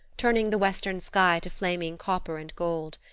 turning the western sky to flaming copper and gold.